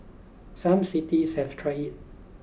some cities have tried it